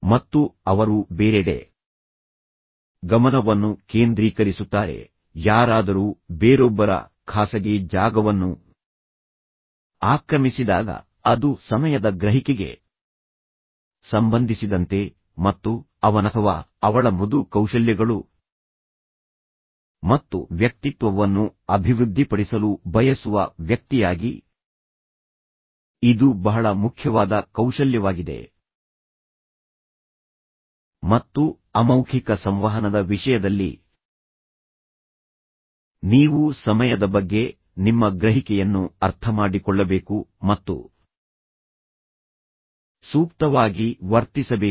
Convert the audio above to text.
ಮತ್ತು ಅವರು ಬೇರೆಡೆ ಗಮನವನ್ನು ಕೇಂದ್ರೀಕರಿಸುತ್ತಾರೆ ಯಾರಾದರೂ ಬೇರೊಬ್ಬರ ಖಾಸಗಿ ಜಾಗವನ್ನು ಆಕ್ರಮಿಸಿದಾಗ ಅದು ಸಮಯದ ಗ್ರಹಿಕೆಗೆ ಸಂಬಂಧಿಸಿದಂತೆ ಮತ್ತು ಅವನ ಅಥವಾ ಅವಳ ಮೃದು ಕೌಶಲ್ಯಗಳು ಮತ್ತು ವ್ಯಕ್ತಿತ್ವವನ್ನು ಅಭಿವೃದ್ಧಿಪಡಿಸಲು ಬಯಸುವ ವ್ಯಕ್ತಿಯಾಗಿ ಇದು ಬಹಳ ಮುಖ್ಯವಾದ ಕೌಶಲ್ಯವಾಗಿದೆ ಮತ್ತು ಅಮೌಖಿಕ ಸಂವಹನದ ವಿಷಯದಲ್ಲಿ ನೀವು ಸಮಯದ ಬಗ್ಗೆ ನಿಮ್ಮ ಗ್ರಹಿಕೆಯನ್ನು ಅರ್ಥಮಾಡಿಕೊಳ್ಳಬೇಕು ಮತ್ತು ಸೂಕ್ತವಾಗಿ ವರ್ತಿಸಬೇಕು